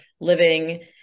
living